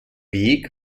weg